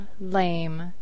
lame